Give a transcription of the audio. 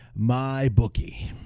MyBookie